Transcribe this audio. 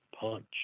punch